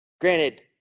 Granted